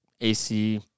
AC